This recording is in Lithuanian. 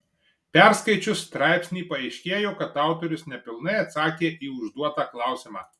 perskaičius straipsnį paaiškėjo kad autorius nepilnai atsakė į užduotą klausimą